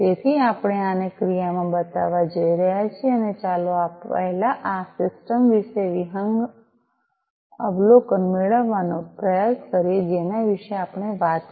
તેથી આપણે આને ક્રિયામાં બતાવવા જઈ રહ્યા છીએ અને ચાલો પહેલા આ સિસ્ટમ વિશે વિહંગાવલોકન મેળવવાનો પ્રયાસ કરીએ જેના વિશે આપણે વાત કરી